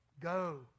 go